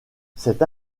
cette